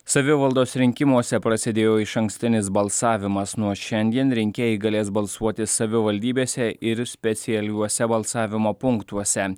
savivaldos rinkimuose prasidėjo išankstinis balsavimas nuo šiandien rinkėjai galės balsuoti savivaldybėse ir specialiuose balsavimo punktuose